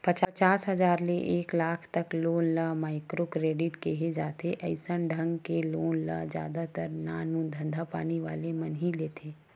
पचास हजार ले एक लाख तक लोन ल माइक्रो क्रेडिट केहे जाथे अइसन ढंग के लोन ल जादा तर नानमून धंधापानी वाले मन ह ही लेथे